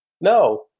No